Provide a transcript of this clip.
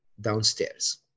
downstairs